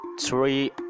three